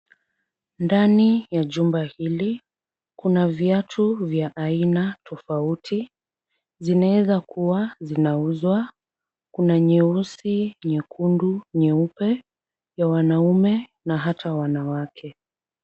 Ndani ya jumba hili kuna viatu vya aina tofauti. Zinaeza kuwa zinauzwa. Kuna nyeusi, nyekundu, nyeupe, za wanaume na hata wanawake.